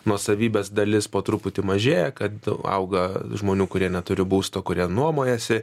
nuosavybės dalis po truputį mažėja kad auga žmonių kurie neturi būsto kurie nuomojasi